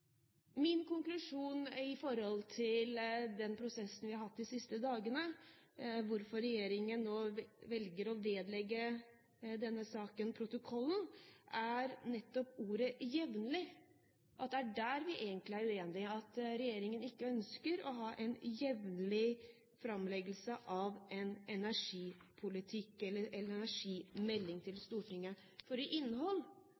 Min konklusjon i forhold til den prosessen vi har hatt de siste dagene, og hvorfor regjeringspartiene nå velger å vedlegge denne saken protokollen, går på ordet «jevnlig» – det er der vi egentlig er uenige – og at regjeringen ikke ønsker å ha en jevnlig framleggelse av en energimelding